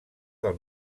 del